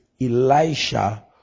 Elisha